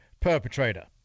perpetrator